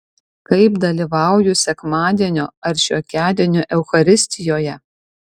kaip dalyvauju sekmadienio ar šiokiadienio eucharistijoje